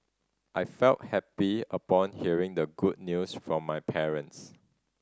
I felt happy upon hearing the good news from my parents